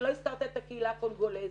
אתה לא הזכרת את הקהילה הקונגולזית.